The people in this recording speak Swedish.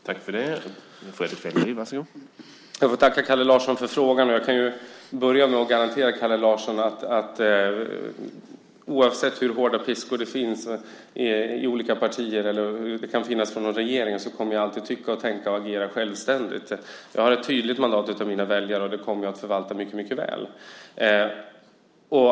Herr talman! Jag tackar Kalle Larsson för frågan. Jag kan börja med att garantera Kalle Larsson att oavsett hur hårda piskor det finns i olika partier eller i regeringen, så kommer jag alltid att tycka, tänka och agera självständigt. Jag har ett tydligt mandat från mina väljare, och det kommer jag att förvalta mycket väl.